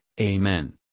Amen